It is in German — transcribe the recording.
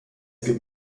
gibt